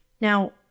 Now